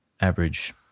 average